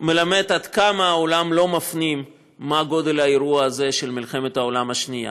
מלמד עד כמה העולם לא מפנים מה גודל האירוע הזה של מלחמת העולם השנייה.